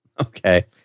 Okay